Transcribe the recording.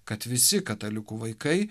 kad visi katalikų vaikai